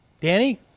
Danny